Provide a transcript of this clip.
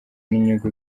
n’inyungu